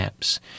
apps